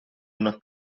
una